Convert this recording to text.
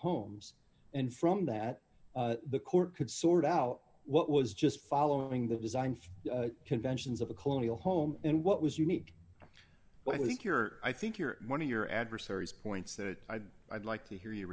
homes and from that the court could sort out what was just following the design conventions of a colonial home and what was unique but i think you're i think you're one of your adversaries points that i'd i'd like to hear you